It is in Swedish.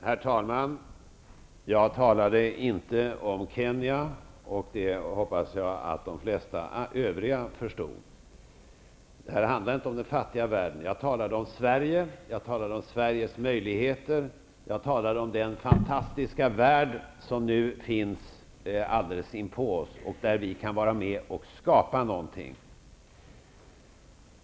Herr talman! Jag talade inte om Kenya. Det hoppas jag att de flesta övriga förstod. Detta handlar inte om den fattiga världen. Jag talade om Sverige. Jag talade om Sveriges möjligheter. Jag talade om den fantastiska värld som nu finns alldeles inpå oss, där vi kan vara med och skapa någonting.